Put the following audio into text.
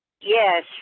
yes